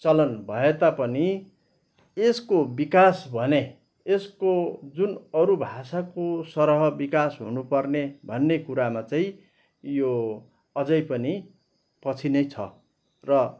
चलन भए तापनि यसको विकास भने यसको जुन अरू भाषाको सरह विकास हुनुपर्ने भन्ने कुरामा चाहिँ यो अझै पनि पछि नै छ र